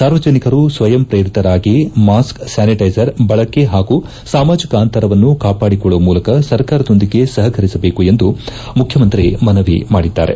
ಸಾರ್ವಜನಿಕರು ಸ್ವಯಂ ಶ್ರೇರಿತರಾಗಿ ಮಾಸ್ಕ್ ಸ್ಥಾನಿಟ್ಟಿಸರ್ ಬಳಕೆ ಹಾಗೂ ಸಾಮಾಜಿಕ ಅಂತರವನ್ನು ಕಾಪಾಡಿಕೊಳ್ಲುವ ಮೂಲಕ ಸರ್ಕಾರದೊಂದಿಗೆ ಸಪಕರಿಸಬೇಕೆಂದು ಮುಖ್ಯಮಂತ್ರಿ ಮನವಿ ಮಾಡಿದ್ದಾರೆ